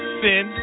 sin